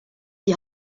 die